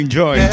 Enjoy